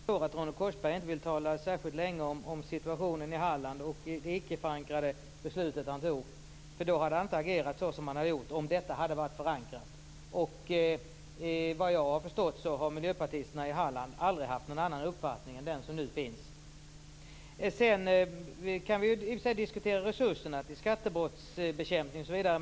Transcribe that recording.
Herr talman! Jag förstår att Ronny Korsberg inte vill tala särskilt länge om situationen i Halland och det icke-förankrade beslut han fattade. Om detta hade varit förankrat hade han inte agerat som han har gjort. Vad jag har förstått har miljöpartisterna i Halland aldrig haft någon annan uppfattning än den som nu finns. Sedan kan vi i och för sig diskutera resurserna till skattebrottsbekämpning osv.